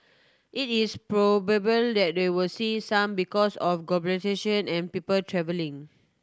it is probable that they will see some because of globalisation and people travelling